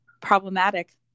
problematic